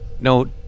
no